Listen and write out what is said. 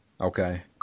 Okay